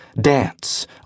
dance